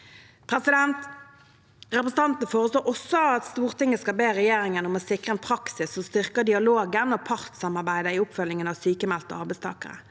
oppsigelse. Representantene foreslår også at Stortinget skal be regjeringen om å sikre en praksis som styrker dialogen og partssamarbeidet i oppfølgingen av sykmeldte arbeidstakere.